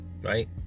right